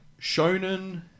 shonen